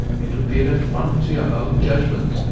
it would be an affront to your own judgment,